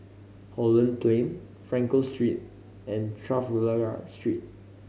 Holland Plain Frankel Street and Trafalgar Street